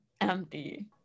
empty